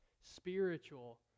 spiritual